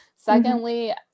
Secondly